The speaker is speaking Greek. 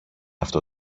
αυτό